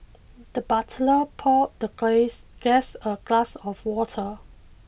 the butler poured the ghost guest a glass of water